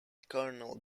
colonel